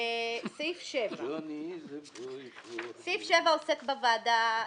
סעיף 7, סעיף זה עוסק בוועדה המייעצת.